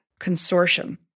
consortium